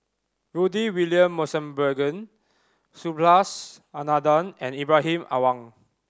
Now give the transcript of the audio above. Rudy William Mosbergen Subhas Anandan and Ibrahim Awang